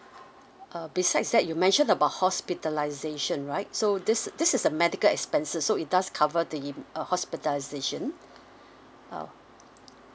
uh besides that you mentioned about hospitalisation right so this this is the medical expenses so it does cover the uh hospitalisation uh